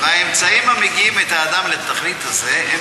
והאמצעים המגיעים את האדם לתכלית הזה הם